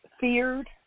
feared